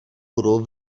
budou